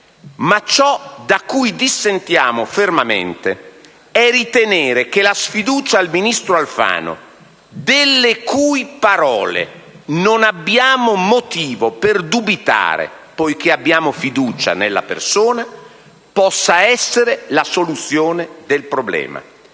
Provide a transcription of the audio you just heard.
ma ciò da cui dissentiamo fermamente è ritenere che la sfiducia al ministro Alfano - delle cui parole non abbiamo motivo di dubitare poiché abbiamo fiducia nella persona - possa essere la soluzione del problema.